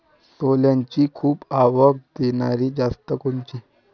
सोल्याची खूप आवक देनारी जात कोनची?